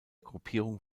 gruppierung